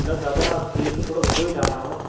न दादा केक थोरो वॾो ई ठाराहिणो आहे